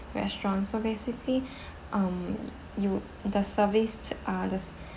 restaurant so basically um you the service uh the